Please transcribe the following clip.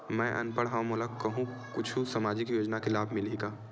मैं अनपढ़ हाव मोला कुछ कहूं सामाजिक योजना के लाभ मिलही का?